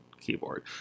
keyboard